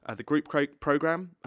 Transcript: ah the group crate programme,